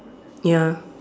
ya